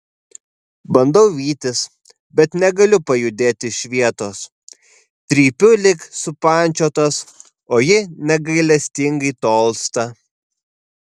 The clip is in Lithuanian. bandau vytis bet negaliu pajudėti iš vietos trypiu lyg supančiotas o ji negailestingai tolsta